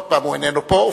עוד פעם הוא איננו פה.